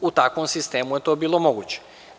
U takvom sistemu je to bilo moguće.